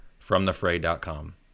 fromthefray.com